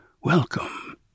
welcome